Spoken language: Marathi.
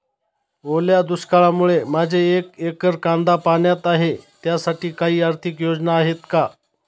ओल्या दुष्काळामुळे माझे एक एकर कांदा पाण्यात आहे त्यासाठी काही आर्थिक योजना आहेत का?